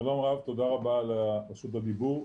שלום רב, תודה רבה על רשות הדיבור.